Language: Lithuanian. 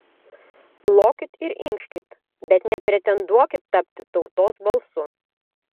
lokit ir inkškit bet nepretenduokit tapti tautos balsu